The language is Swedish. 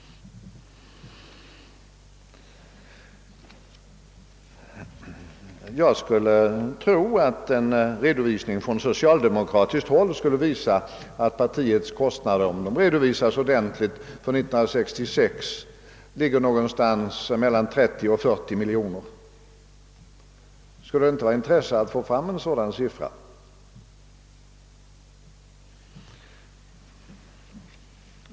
Jag skulle tro att en ordentlig redovisning från socialdemokratiskt håll skulle visa att partiets kostnader för år 1966 ligger någonstans mellan 30 och 40 miljoner kronor. Skulle det inte ha intresse att få fram en sådan siffra?